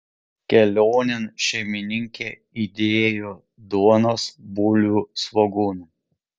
kelionėn šeimininkė įdėjo duonos bulvių svogūnų